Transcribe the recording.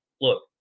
Look